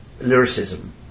Lyricism